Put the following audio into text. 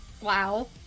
Wow